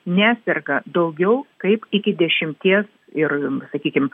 neserga daugiau kaip iki dešimties ir sakykim